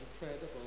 incredible